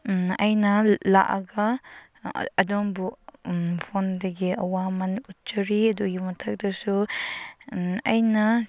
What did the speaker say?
ꯑꯩꯅ ꯂꯥꯛꯑꯒ ꯑꯗꯣꯝꯕꯨ ꯐꯣꯟꯗꯒꯤ ꯑꯋꯥꯃꯟ ꯎꯠꯆꯔꯤ ꯑꯗꯨꯒꯤ ꯃꯊꯛꯇꯁꯨ ꯑꯩꯅ